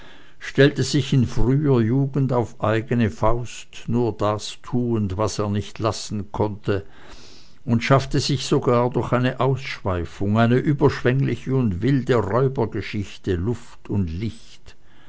stellte sich in früher jugend auf eigene faust nur das tuend was er nicht lassen konnte und schaffte sich sogar durch eine ausschweifung eine überschwengliche und wilde räubergeschichte luft und licht